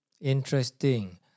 Interesting